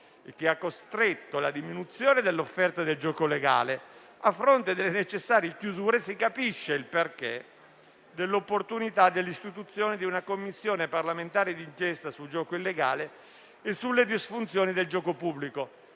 e che ha costretto alla diminuzione dell'offerta del gioco legale, a fronte delle necessarie chiusure, si capisce il perché dell'opportunità di istituire una Commissione parlamentare di inchiesta sul gioco illegale e sulle disfunzioni del gioco pubblico.